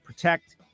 protect